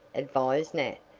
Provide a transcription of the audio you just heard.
advised nat.